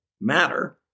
matter